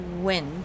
wind